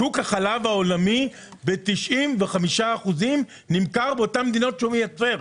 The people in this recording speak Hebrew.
שוק החלב העולמי ב-95% נמכר באותן מדינות שהוא מייצר.